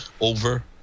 over